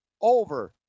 over